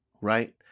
right